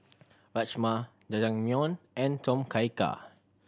Rajma Jajangmyeon and Tom Kha Gai